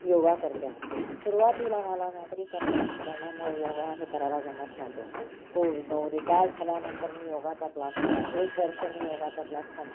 योगा करते आहे सुरवातीला मला नोकरी करण्याम करण्यामुळे योगा हे करायला जमत नव्हतं को नो रिटायर झाल्यानंतर मी योगाचा क्लास लावला एक वर्ष मी योगाचा क्लास संम